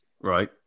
Right